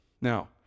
now